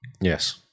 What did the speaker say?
Yes